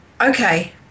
okay